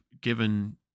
given